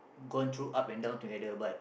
gone through up and down together but